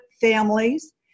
families